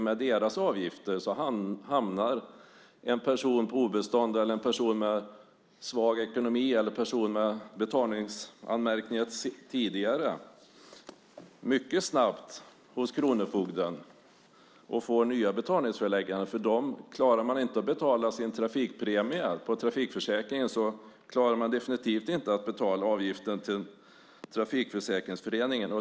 Med dess avgifter hamnar en person på obestånd, en person med svag ekonomi eller en person med tidigare betalningsanmärkningar mycket snabbt hos kronofogden och får nya betalningsförelägganden. Klarar man inte av att betala sin trafikpremie på trafikförsäkringen klarar man definitivt inte av att betala avgiften till Trafikförsäkringsföreningen.